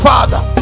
Father